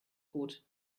gut